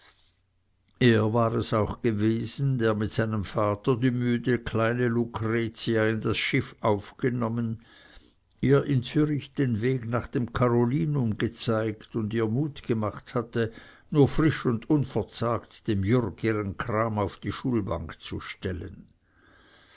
er auch war es gewesen der mit seinem vater die müde kleine lucretia in das schiff aufgenommen ihr in zürich den weg nach dem carolinum gezeigt und ihr mut gemacht hatte nur frisch und unverzagt dem jürg ihren kram auf die schulbank zu stellen